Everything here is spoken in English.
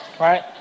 right